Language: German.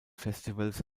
festivals